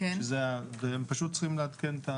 והם פשוט צריכים לעדכן.